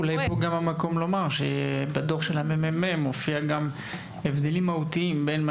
אולי פה המקום לומר שבדוח של הממ"מ מופיעים הבדלים מהותיים בין מה